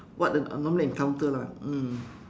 what I I normally encounter lah mm